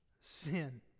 sin